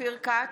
אופיר כץ,